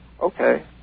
okay